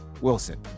Wilson